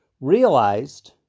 realized